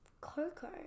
Coco